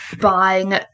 buying